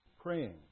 praying